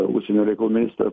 užsienio reikalų ministrą